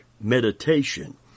Meditation